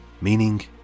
Meaning